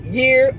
year